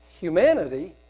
humanity